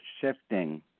shifting